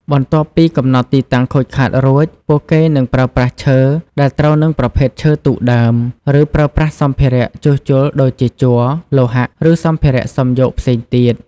បន្ទាប់ពីកំណត់ទីតាំងខូចខាតរួច ពួកគេនឹងប្រើប្រាស់ឈើដែលត្រូវនឹងប្រភេទឈើទូកដើម ឬប្រើប្រាស់សម្ភារៈជួសជុលដូចជា ជ័រ លោហៈ ឬសម្ភារៈសំយោគផ្សេងទៀត។